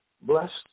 blessed